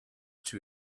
too